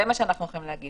זה מה שאנחנו הולכים להגיד,